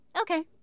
Okay